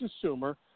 consumer